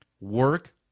work